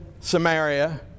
Samaria